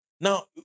Now